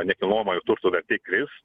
nekilnojamojo turto vertė kris